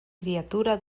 criatura